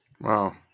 Wow